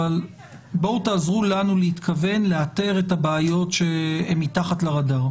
אבל בואו תעזרו לנו להתכוון לאתר את הבעיות שהן מתחת לרדאר,